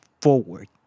forward